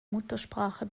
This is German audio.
muttersprache